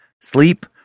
sleep